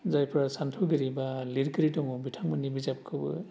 जायफोरा सानथौगिरि बा लिरगिरि दङ बिथांमोननि बिजाबखौबो